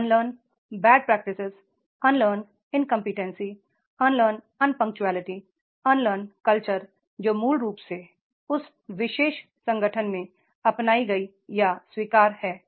unlearn bad practices unlearn incompliance unlearn unpunctuality unlearn culture जो मूल रूप से उस विशेष संगठन में अपनाई गई या स्वीकार्य है